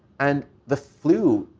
and the flu,